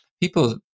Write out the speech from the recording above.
people